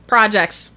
Projects